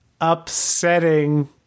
upsetting